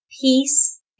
peace